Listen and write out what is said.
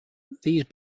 these